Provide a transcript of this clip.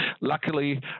luckily